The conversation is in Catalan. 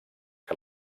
que